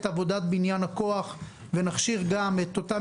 עבודת בניין הכוח ונכשיר גם את אותן